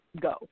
go